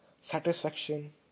Satisfaction